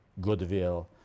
goodwill